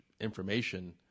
information